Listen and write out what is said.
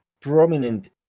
prominent